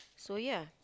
so ya